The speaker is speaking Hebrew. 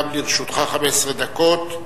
גם לרשותך 15 דקות,